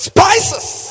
Spices